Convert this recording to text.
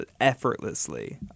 effortlessly